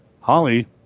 Holly